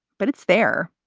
but it's there.